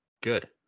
good